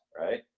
right